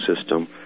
system